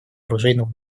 оружейного